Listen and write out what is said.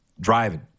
driving